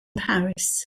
paris